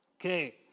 Okay